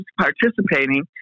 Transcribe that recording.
participating